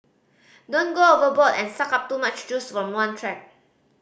don't go overboard and suck up too much juice from one track